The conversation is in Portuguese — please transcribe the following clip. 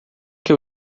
que